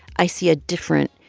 i see a different,